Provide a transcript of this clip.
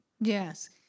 Yes